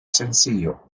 sencillo